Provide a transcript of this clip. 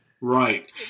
Right